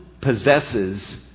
possesses